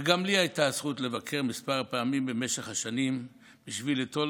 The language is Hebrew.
וגם לי הייתה הזכות לבקר כמה פעמים במשך השנים בשביל ליטול